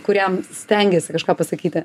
kuriam stengiesi kažką pasakyti